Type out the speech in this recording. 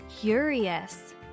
curious